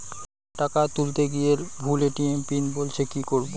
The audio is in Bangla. টাকা তুলতে গিয়ে ভুল এ.টি.এম পিন বলছে কি করবো?